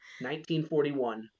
1941